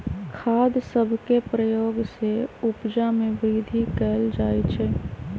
खाद सभके प्रयोग से उपजा में वृद्धि कएल जाइ छइ